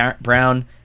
Brown